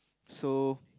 so